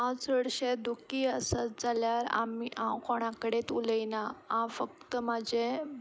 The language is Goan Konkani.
हांव चडशें दुखी आसत जाल्यार हांव कोणाच कडेन उलयना हांव फक्त म्हजें